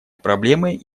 проблемой